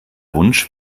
wunsch